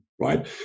right